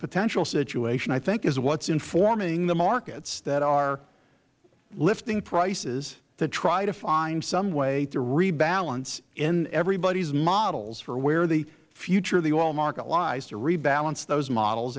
potential situation i think is what is informing the markets that are lifting prices to try to find some way to rebalance in everybody's models for where the future of the oil market lies to rebalance those models